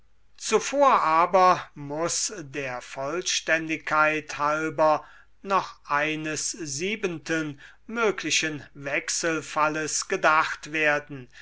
zuvor aber muß der vollständigkeit halber noch eines siebenten möglichen wechselfalles gedacht werden